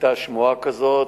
היתה שמועה כזאת,